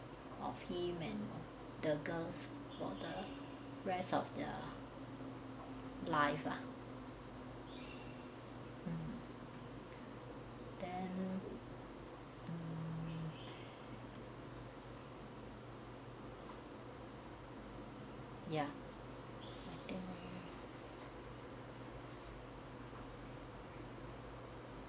of him and the girls for the rest of their life ah then hmm ya i think